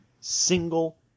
single